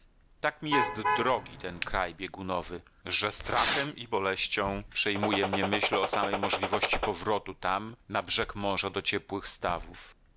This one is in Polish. tak mi jest drogi ten kraj biegunowy że strachem i boleścią przejmuje mnie myśl o samej możliwości powrotu tam na brzeg morza do ciepłych stawów